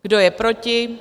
Kdo je proti?